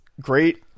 great